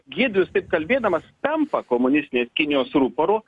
giedrius taip kalbėdamas tampa komunistinės kinijos ruporu